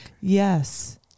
yes